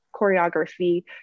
choreography